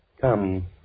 Come